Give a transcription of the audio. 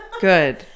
Good